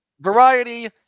Variety